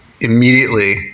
immediately